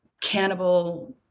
cannibal